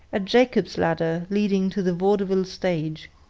a jacob's-ladder leading to the vaudeville stage,